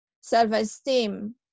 self-esteem